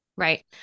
Right